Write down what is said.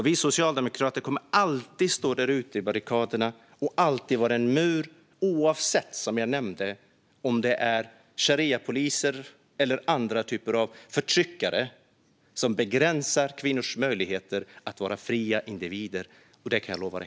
Vi socialdemokrater kommer alltid att stå på barrikaderna och alltid att vara en mur oavsett om det är shariapoliser eller andra typer av förtryckare som begränsar kvinnors möjligheter att vara fria individer. Det kan jag lova dig!